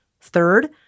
Third